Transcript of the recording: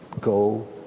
Go